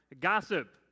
Gossip